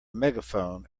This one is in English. megaphone